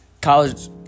college